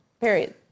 Period